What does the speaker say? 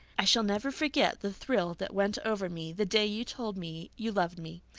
i shall never forget the thrill that went over me the day you told me you loved me.